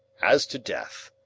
as to death,